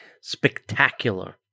spectacular